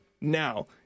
now